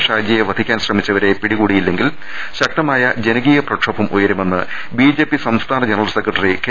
ഷാജിയെ വധിക്കാൻ ശ്രമിച്ചവരെ പിടികൂടിയി ല്ലെങ്കിൽ ശക്തമായ ജനകീയ പ്രക്ഷോഭം ഉയരുമെന്ന് ബിജെപി സംസ്ഥാന ജനറൽ സെക്രട്ടറി കെ